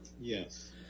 Yes